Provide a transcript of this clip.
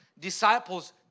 disciples